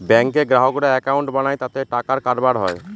ব্যাঙ্কে গ্রাহকরা একাউন্ট বানায় তাতে টাকার কারবার হয়